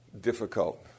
difficult